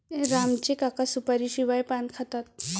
राम चे काका सुपारीशिवाय पान खातात